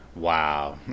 Wow